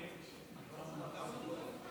אמיר, לא רשום עטאונה?